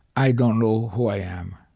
i don't know who i am.